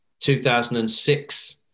2006